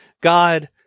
God